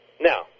now